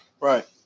Right